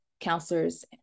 counselors